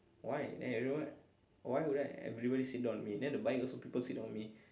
why and you know what why would I everybody sit down on me then the bike also people sit down on me